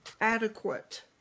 adequate